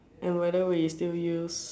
and whether we still use